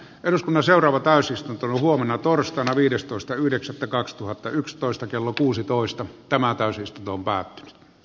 eduskunnan seuraava täysistunto huomenna torstaina viidestoista yhdeksättä kaksituhattayksitoista kello kuusitoista tämä tämäntapaista toimintaa